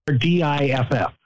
D-I-F-F